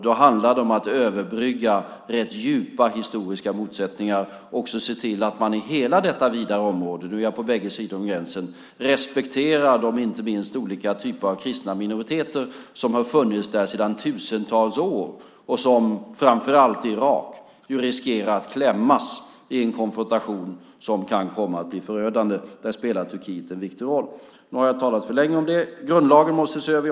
Det handlar då om att överbrygga rätt djupa historiska motsättningar och se till att man i hela detta vida område - nu är jag på bägge sidor om gränsen - respekterar de olika typer av kristna minoriteter som har funnits där i tusentals år och som framför allt i Irak riskerar att klämmas i en konfrontation som kan komma att bli förödande. Där spelar Turkiet en viktig roll. Jag håller med om att grundlagen måste ses över.